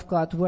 God